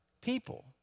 people